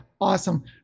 Awesome